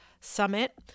summit